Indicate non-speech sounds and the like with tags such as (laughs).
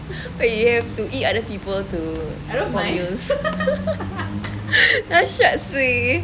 but you have to eat other people for meals (laughs) dahsyat seh